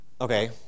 Okay